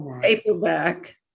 paperback